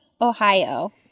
ohio